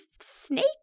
snake